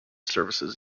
services